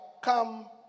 come